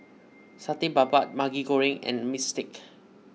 Satay Babat Maggi Goreng and Bistake